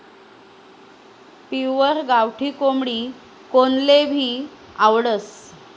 pure गावठी कोंबडी कोनलेभी आवडस